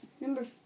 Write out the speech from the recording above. number